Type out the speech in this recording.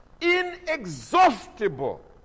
inexhaustible